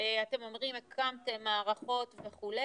אתם אומרים שהקמתם מערכות וכו',